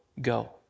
go